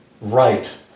Right